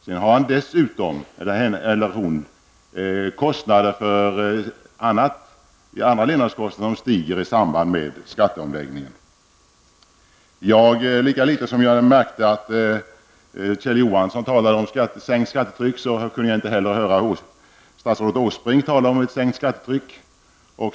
Sedan får alla ökade kostnader därför att andra levnadsomkostnader stiger i samband med skatteomläggningen. Lika litet som jag märkte att Kjell Johansson talade om sänkt skattetryck kunde jag höra statsrådet Åsbrink tala om sänkt skattetryck.